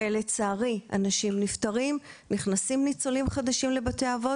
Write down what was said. אנשים נפטרים, לצערי, נכנסים לבתי אבות